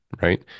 right